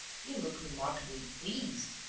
you look remarkably pleased,